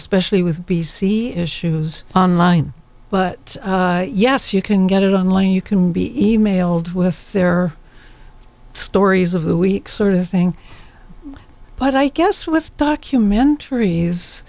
especially with b c issues on line but yes you can get it online you can be emailed with their stories of the week sort of thing but i guess with documentaries